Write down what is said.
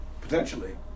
Potentially